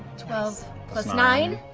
twelve. plus nine.